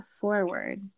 forward